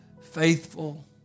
faithful